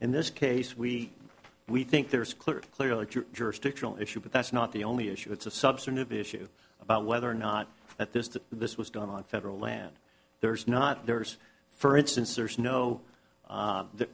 in this case we we think there's clearly clearly jurisdictional issue but that's not the only issue it's a substantive issue about whether or not that this that this was done on federal land there's not there's for instance there's no